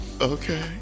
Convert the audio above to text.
Okay